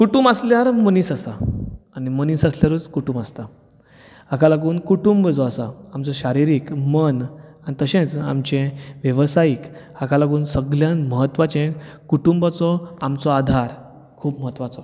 कुटूंब आसल्यार मनीस आसा आनी मनीस आसल्यारूच कुटूंब आसता हाका लागूनच कुटूंब जो आसता आमचो शारिरीक मन तशें आमचें वेवसायीक हाका लागून सगळ्यांत महत्वाचें कुटूंबाचो आमचो आधार